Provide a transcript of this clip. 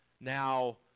Now